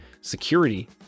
security